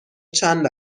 چند